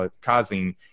causing